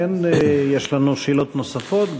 יש לנו שאלות נוספות,